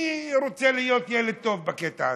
אני רוצה להיות ילד טוב בקטע הזה,